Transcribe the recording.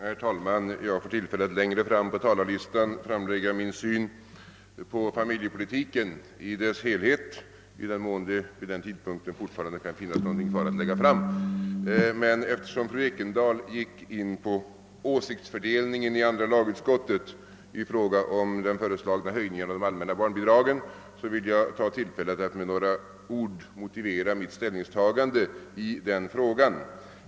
Herr talman! Jag får tillfälle att längre fram på talarlistan framföra min syn på familjepolitiken i dess helhet, i den mån det vid den tidpunkten fortfarande kan finnas någonting kvar att tillägga. Men eftersom fru Ekendahl gick in på åsiktsfördelningen i andra lagutskottet beträffande den föreslagna höjningen av de allmänna barnbidragen vill jag ta tillfället i akt för att med några ord motivera mitt ställningstagande i den frågan.